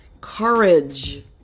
courage